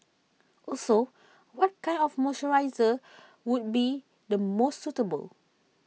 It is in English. also what kind of moisturiser would be the most suitable